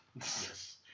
Yes